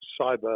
cyber